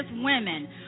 women